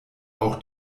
auch